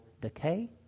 decay